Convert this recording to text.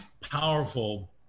powerful